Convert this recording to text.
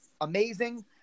amazing